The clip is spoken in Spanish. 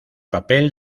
papel